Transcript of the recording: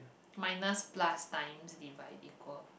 minus plus times divide equal